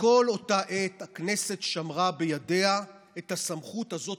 כל אותה עת הכנסת שמרה בידיה את הסמכות הזאת,